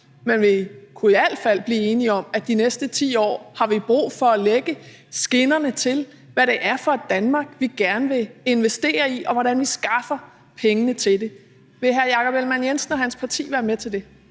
Men vi kunne i al fald blive enige om, at vi de næste 10 år har brug for at lægge skinnerne til, hvad det er for et Danmark, vi gerne vil investere i, og hvordan vi skaffer pengene til det. Vil hr. Jakob Ellemann-Jensen og hans parti være med til det?